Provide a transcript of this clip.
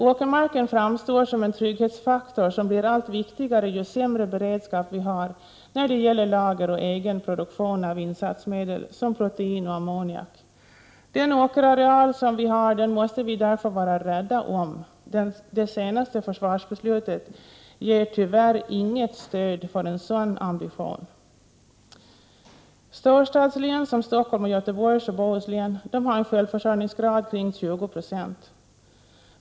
Åkermarken framstår som en trygghetsfaktor som blir allt viktigare, ju sämre beredskap vi har när det gäller lager och egen produktion av insatsmedel som protein och ammoniak. Den åkerareal vi har måste vi därför vara rädda om. Det senaste försvarsbeslutet ger tyvärr inget stöd för en sådan ambition. Storstadslän som Stockholm och Göteborgs och Bohus län har en självförsörjningsgrad kring 20 96.